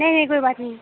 نہیں نہیں کوئی بات نہیں